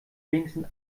wenigstens